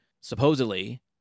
supposedly –